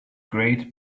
great